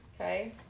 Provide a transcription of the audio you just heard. okay